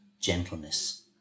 gentleness